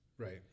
Right